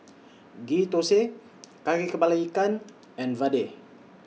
Ghee Thosai Kari Kepala Ikan and Vadai